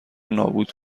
نابود